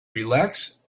relaxed